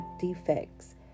defects